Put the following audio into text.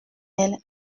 elle